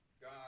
God